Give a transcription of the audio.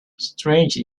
strange